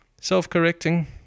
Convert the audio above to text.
self-correcting